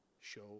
show